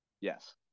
Yes